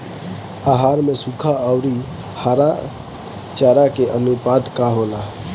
आहार में सुखा औरी हरा चारा के आनुपात का होला?